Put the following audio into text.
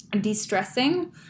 de-stressing